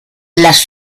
las